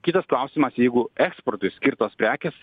kitas klausimas jeigu eksportui skirtos prekės